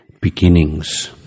beginnings